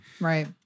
right